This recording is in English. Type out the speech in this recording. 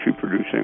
producing